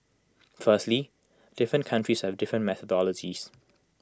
firstly different countries have different methodologies